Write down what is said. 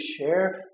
share